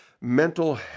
mental